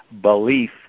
belief